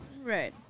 Right